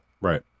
Right